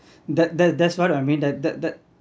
that that that's what I mean that that that